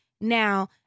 Now